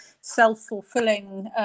self-fulfilling